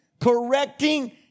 correcting